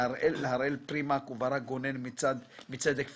להראל פרימק וברק גונן מ"צדק פיננסי",